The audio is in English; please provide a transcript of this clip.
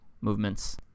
movements